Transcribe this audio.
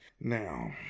Now